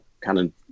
canon